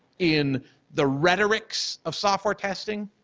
in the rhetorics of software testing.